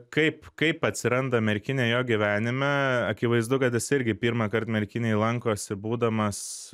kaip kaip atsiranda merkinė jo gyvenime akivaizdu kad jis irgi pirmąkart merkinėj lankosi būdamas